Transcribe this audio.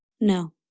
No